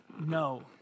No